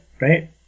right